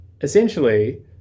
Essentially